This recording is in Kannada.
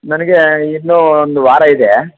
ನನಗೆ ಇನ್ನೂ ಒಂದು ವಾರ ಇದೆ